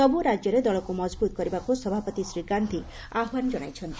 ସବୁ ରାଜ୍ୟରେ ଦଳକୁ ମଜବୁତ୍ କରିବାକୁ ସଭାପତି ଶ୍ରୀ ଗାନ୍ଧି ଆହ୍ୱାନ ଜଣାଇଛନ୍ତି